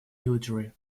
military